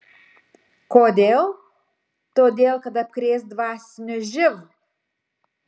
kodėl todėl kad apkrės dvasiniu živ